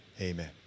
Amen